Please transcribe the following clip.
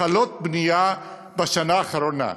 התחלות בנייה בשנה האחרונה.